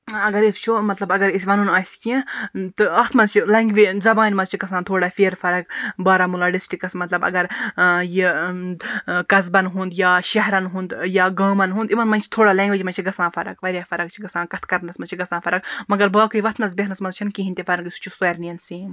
اَگَرے أسۍ وٕچھو مَطلَب اَگر أسۍ وَنُن آسہِ کینٛہہ تہٕ اتھ مَنٛز چھ لینٛگویج زَبانہ مَنٛز چھ گَژھان تھوڑا فیرٕ فَرَق بارہمُلہ ڈِسٹرکَس مَطلَب اگر یہِ قَصبَن ہُنٛد یا شَہرَن ہُنٛد یا گامَن ہُنٛد یِمَن مَنٛز چھِ تھوڑا لینٛگویجَن مَنٛز چھِ گَژھان فَرَق واریاہ فَرَق چھِ گَژھان کَتھٕ کَرنَس مَنٛز چھِ گَژھان فَرَق مگر باقٕے وتھنَس بیٚہنَس مَنٛز چھنہ کِہیٖنۍ تہِ فَرَق سُہ چھُ سارنِیَن سیم